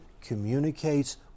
communicates